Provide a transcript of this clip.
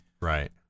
Right